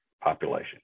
population